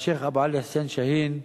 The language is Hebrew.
והשיח' אבו עלי חסין שאהין,